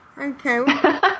Okay